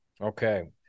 Okay